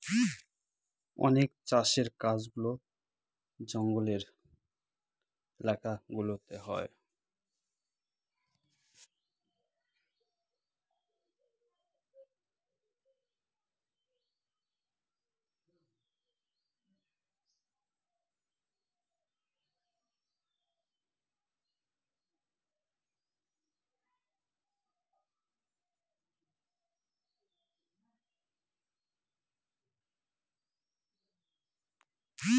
অনেক চাষের কাজগুলা জঙ্গলের এলাকা গুলাতে হয়